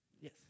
Yes